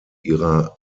ihrer